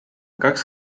kaks